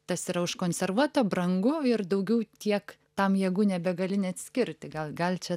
tas yra užkonservuota brangu ir daugiau tiek tam jėgų nebegali net skirti gal gal čia